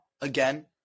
again